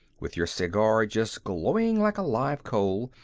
with your cigar just glowing like a live coal,